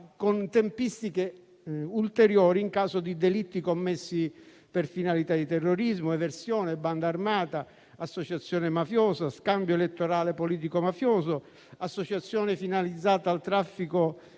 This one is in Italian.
con tempistiche ulteriori in caso di delitti commessi per finalità di terrorismo, eversione, banda armata, associazione mafiosa, scambio elettorale politico mafioso, associazione finalizzata al traffico